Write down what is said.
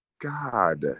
God